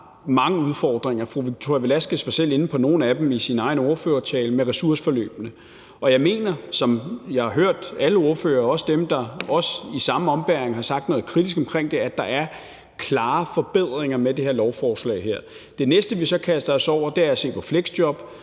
mange udfordringer med. Fru Victoria Velasquez var selv inde på nogle af dem i sin egen ordførertale, altså om ressourceforløbene, og jeg mener, som jeg har hørt alle ordførere sige, også dem, der i samme ombæring har sagt noget kritisk omkring det, at der er klare forbedringer med det her lovforslag. Det næste, vi så kaster os over, er at se på fleksjob